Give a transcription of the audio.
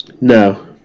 no